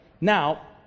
now